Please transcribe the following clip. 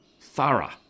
thorough